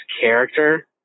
character